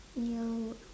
ya